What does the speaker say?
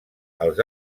els